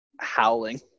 howling